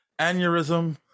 aneurysm